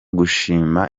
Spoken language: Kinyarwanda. gushima